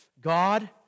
God